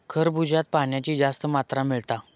खरबूज्यात पाण्याची जास्त मात्रा मिळता